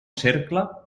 cercle